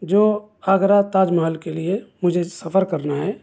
جو آگرہ تاج محل کے لئے مجھے سفر کرنا ہے